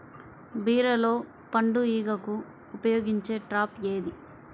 బీరలో పండు ఈగకు ఉపయోగించే ట్రాప్ ఏది?